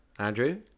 Andrew